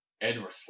Edward